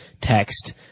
text